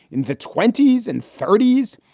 in the twenty s and thirty s,